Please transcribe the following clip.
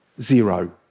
Zero